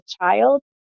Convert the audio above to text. child